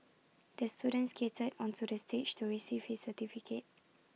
the student skated onto the stage to receive his certificate